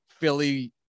Philly